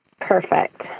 Perfect